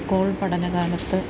school പഠന കാലത്ത്